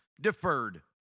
Deferred